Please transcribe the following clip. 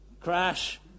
Crash